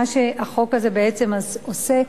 מה שהחוק הזה בעצם עושה,